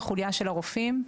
החוליה של הרופאים.